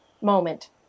moment